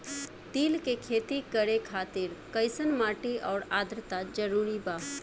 तिल के खेती करे खातिर कइसन माटी आउर आद्रता जरूरी बा?